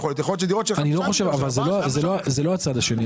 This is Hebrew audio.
--- אני לא חושב; זה לא הצד השני.